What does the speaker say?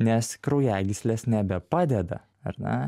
nes kraujagyslės nebepadeda ar ne